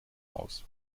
aus